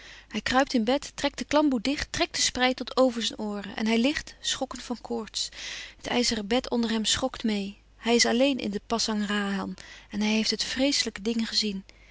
hij kruipt in bed trekt de klamboe dicht trekt de sprei tot over zijn ooren en hij ligt schokkend van koorts het ijzeren bed onder hem schokt meê hij is alleen in de pasangrahan en hij heeft het vreeslijke ding gezien